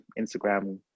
Instagram